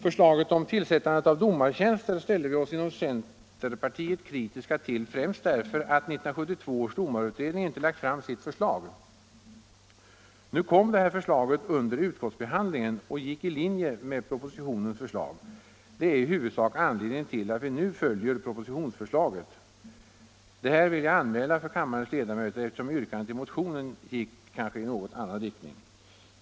Förslaget om tillsättande av domartjänster ställde vi oss inom centerpartiet kritiska till, främst därför att 1972 års domarutredning inte lagt fram sitt förslag. Nu kom det förslaget under utskottsbehandlingen och gick i linje med propositionens förslag. Det är i huvudsak anledningen till att vi nu följer propositionsförslaget. Detta vill jag anmäla för kammarens ledamöter, eftersom yrkandet i motionen kanske i någon mån gick i annan riktning.